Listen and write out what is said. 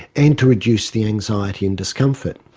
and to reduce the anxiety and discomfort.